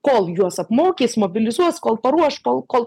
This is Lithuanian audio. kol juos apmokys mobilizuos kol paruoš kol kol